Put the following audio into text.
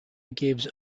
gives